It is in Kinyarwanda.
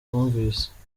bumvise